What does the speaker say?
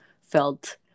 felt